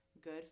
good